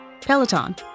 Peloton